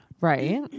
Right